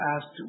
asked